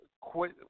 quit